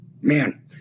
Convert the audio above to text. man